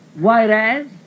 whereas